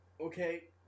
Okay